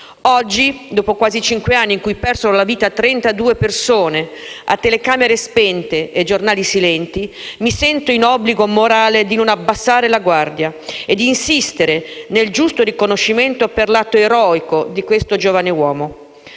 Oggi, dopo quasi cinque anni da quel giorno in cui persero la vita 32 persone, a telecamere spente e telegiornali silenti, mi sento in obbligo morale di non abbassare la guardia e di insistere per il giusto riconoscimento per l'atto eroico di quel giovane uomo.